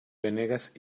venegas